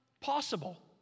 possible